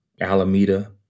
Alameda